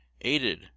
aided